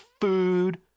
food